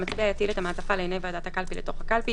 והמצביע יטיל את המעטפה לעיני ועדת הקלפי לתוך הקלפי".